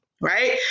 right